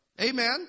Amen